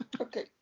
Okay